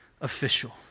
official